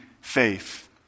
faith